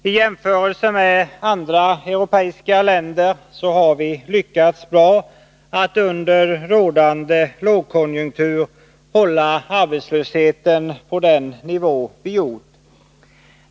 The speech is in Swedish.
I jämförelse med andra europeiska länder har vi lyckats bra med att under rådande lågkonjunktur hålla arbetslösheten på den nivå den har.